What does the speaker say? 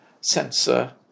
sensor